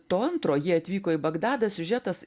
to antro jie atvyko į bagdadą siužetas